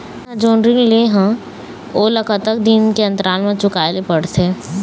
मैं हर जोन ऋण लेहे हाओ ओला कतका दिन के अंतराल मा चुकाए ले पड़ते?